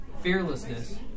fearlessness